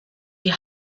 die